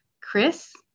Chris